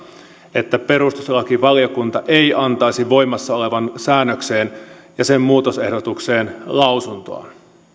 että perustuslakivaliokunta ei antaisi voimassa olevaan säännökseen ja sen muutosehdotukseen lausuntoaan